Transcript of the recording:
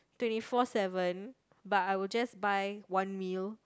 twenty four seven but I will just buy one meal